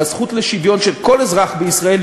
בזכות לשוויון של כל אזרח בישראל,